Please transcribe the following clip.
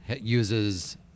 Uses